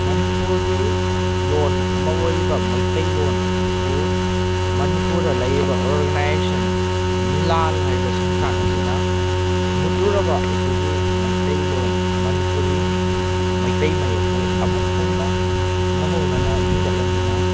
ꯃꯅꯤꯄꯨꯔꯒꯤ ꯂꯣꯟ ꯑꯃ ꯑꯣꯏꯔꯤꯕ ꯃꯩꯇꯩꯂꯣꯟ ꯕꯨ ꯃꯅꯤꯄꯨꯔꯗ ꯂꯩꯔꯤꯕ ꯑꯣꯔꯒꯅꯥꯏꯖꯦꯁꯟ ꯃꯤꯂꯥꯜ ꯍꯥꯏꯕ ꯁꯪꯁꯊꯥꯟ ꯑꯁꯤꯅ ꯃꯨꯠꯂꯨꯔꯕ ꯑꯩꯈꯣꯏꯒꯤ ꯃꯩꯇꯩꯂꯣꯟ ꯃꯅꯤꯄꯨꯔꯤ ꯃꯩꯇꯩ ꯃꯌꯦꯛꯄꯨ ꯑꯃꯨꯛ ꯍꯟꯅ ꯅꯧꯍꯧꯅꯅ ꯍꯤꯡꯒꯠꯍꯟꯗꯨꯅ